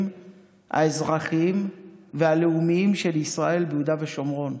האזרחיים והלאומיים של ישראל ביהודה ושומרון.